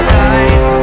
life